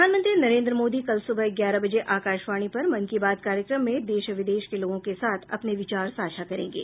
प्रधानमंत्री नरेन्द्र मोदी कल सुबह ग्यारह बजे आकाशवाणी पर मन की बात कार्यक्रम में देश विदेश के लोगों के साथ अपने विचार साझा करेंगे